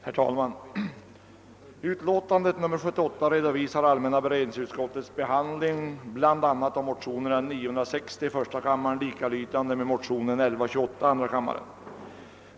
Herr talman! Allmänna beredningsutskottets utlåtande nr 78 redovisar utskottets behandling av bl.a. motionen 1:960 likalydande med <:motionen II: 1128.